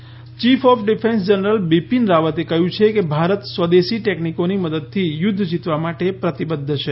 Bipin Rawat chief of defence general Bipin રાવતે કહ્યું છે કે ભારત સ્વદેશી ટેકનિકોની મદદથી યુદ્ધ જીતવા માટે પ્રતિબદ્ધ છે